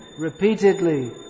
repeatedly